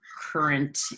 current